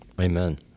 Amen